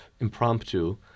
impromptu